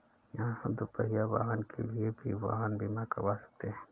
आप दुपहिया वाहन के लिए भी वाहन बीमा करवा सकते हैं